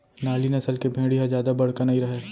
नाली नसल के भेड़ी ह जादा बड़का नइ रहय